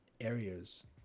areas